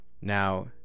now